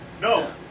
No